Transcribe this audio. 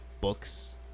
books